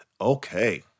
Okay